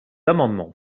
amendements